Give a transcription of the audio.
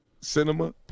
cinema